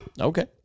Okay